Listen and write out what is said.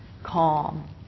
calm